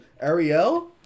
Ariel